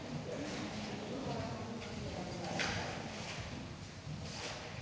Tak